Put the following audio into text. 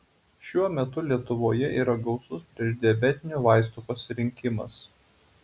šiuo metu lietuvoje yra gausus priešdiabetinių vaistų pasirinkimas